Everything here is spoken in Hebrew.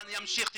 אני אמשיך.